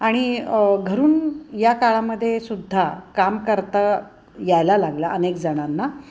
आणि घरून या काळामध्ये सुद्धा काम करता यायला लागलं अनेक जणांना